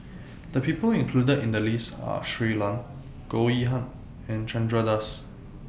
The People included in The list Are Shui Lan Goh Yihan and Chandra Das